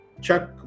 check